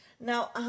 Now